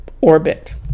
orbit